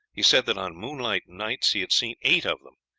he said that on moonlight nights he had seen eight of them,